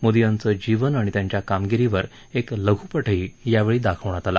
मोदी यांचं जीवन आणि त्यांच्या कामगिरीवर एक लघ्पटही यावेळी दाखवण्यात आला